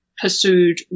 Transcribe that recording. pursued